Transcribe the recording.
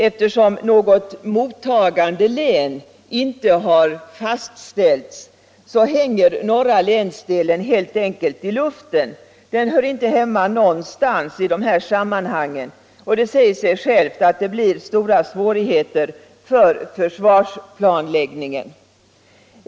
Eftersom något mottagande län inte har fastställts hänger norra länsdelen helt enkelt i luften. Den hör inte hemma någonstans i dessa sammanhang. Det säger sig självt att detta för med sig stora svårigheter för försvarsplanläggningen.